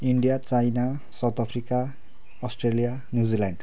India China South Africa Australia New Zealand